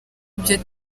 ibyo